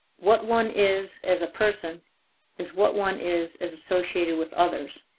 what one is as a person is what one is as associated with others,